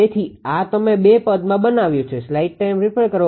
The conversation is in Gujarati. તેથી આ તમે બે પદમાં બનાવ્યુ છે